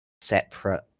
separate